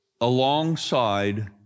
alongside